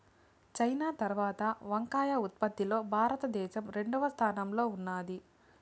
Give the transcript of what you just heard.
China తరవాత వంకాయ ఉత్పత్తి లో భారత దేశం రెండవ స్థానం లో ఉన్నాది